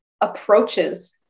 approaches